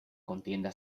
contienda